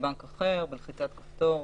מבנק אחר בלחיצת כפתור.